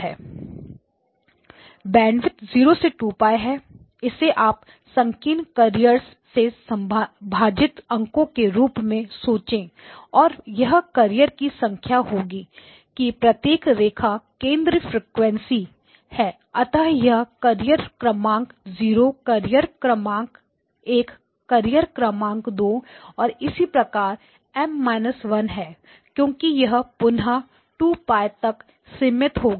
जो बैंडविड्थ 0 से 2 π है इसे आप संकीर्ण कैर्रिएर्ससे भाजित अंको के रूप में सोचे और वह कैर्रिएर की संख्या होगी कि प्रत्येक रेखा केंद्रीय फ्रीक्वेंसी है अतः यह कैर्रिएर क्रमांक 0 कैर्रिएर क्रमांक 1 कैर्रिएर क्रमांक दो और इसी प्रकार M −1 है क्योंकि यह पुनः 2 π तक सीमित होगा